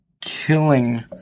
killing